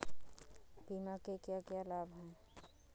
बीमा के क्या क्या लाभ हैं?